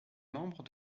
membre